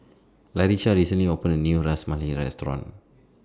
Laisha recently opened A New Ras Malai Restaurant